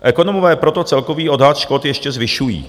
Ekonomové proto celkový odhad škod ještě zvyšují.